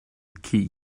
key